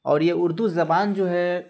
اور یہ اردو زبان جو ہے